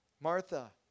Martha